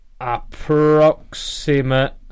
approximate